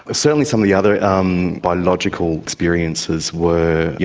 ah certainly some of the other um biological experiences were, you